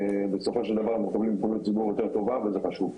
בסופו של דבר מקבלים בריאות ציבור יותר טובה וזה חשוב.